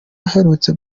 aherutse